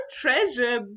treasure